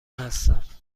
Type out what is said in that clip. هستم